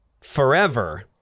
forever